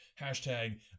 Hashtag